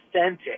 authentic